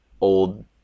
old